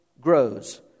grows